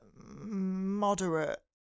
Moderate